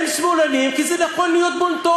הם שמאלנים כי זה נכון להיות בון-טון,